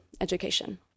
education